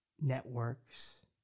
networks